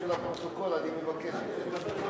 בשביל הפרוטוקול אני מבקש.